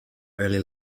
early